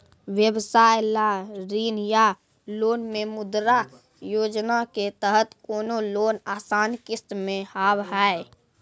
व्यवसाय ला ऋण या लोन मे मुद्रा योजना के तहत कोनो लोन आसान किस्त मे हाव हाय?